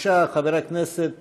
חבר הכנסת